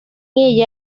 ella